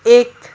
एक